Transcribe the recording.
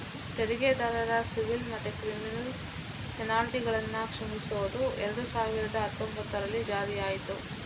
ತೆರಿಗೆದಾರರ ಸಿವಿಲ್ ಮತ್ತೆ ಕ್ರಿಮಿನಲ್ ಪೆನಲ್ಟಿಗಳನ್ನ ಕ್ಷಮಿಸುದು ಎರಡು ಸಾವಿರದ ಹತ್ತೊಂಭತ್ತರಲ್ಲಿ ಜಾರಿಯಾಯ್ತು